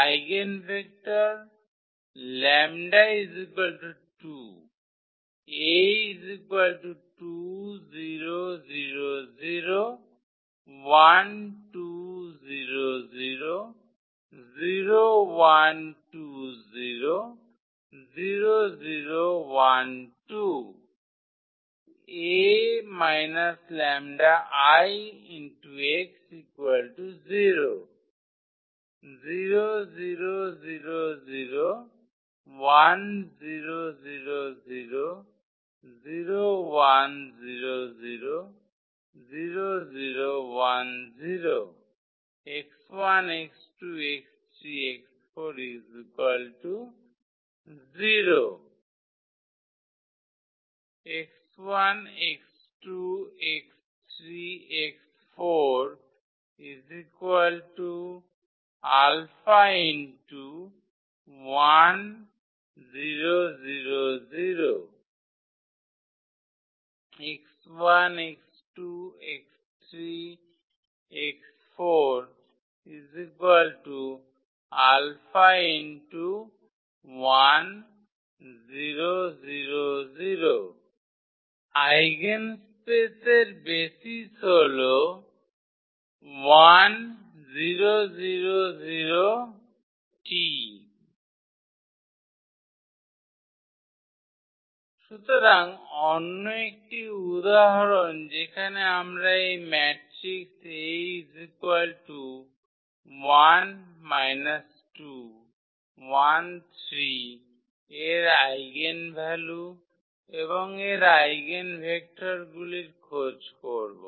eigenvector 𝜆 2 আইগেনস্পেসের basis হলঃ 1000𝑇 সুতরাং অন্য একটি উদাহরণ যেখানে আমরা এই ম্যাট্রিক্স এর আইগেনভ্যালু এবং এর আইভেনভেক্টরগুলির খোঁজ করব